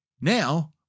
Now